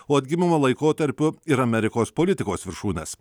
o atgimimo laikotarpiu ir amerikos politikos viršūnes